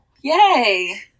yay